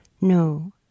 No